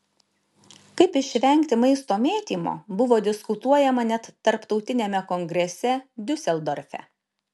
kaip išvengti maisto mėtymo buvo diskutuojama net tarptautiniame kongrese diuseldorfe